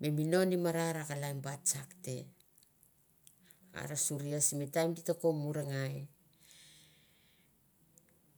Mi minon i marmar a kalai bait tsak te. ar suria sim taim di ta ko murangai.